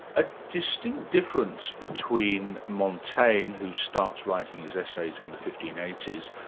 a distinct difference between montaigne, who starts writing his essays in the fifteen eighty s,